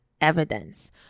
evidence